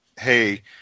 hey